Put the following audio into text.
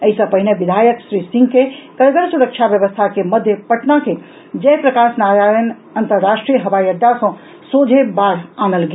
एहि सॅ पहिने विधायक श्री सिंह के कड़गर सुरक्षा व्यवस्था के मध्य पटना के जयप्रकाश नारायण अंतर्राष्ट्रीय हवाईअड्डा सॅ सोझे बाढ़ आनल गेल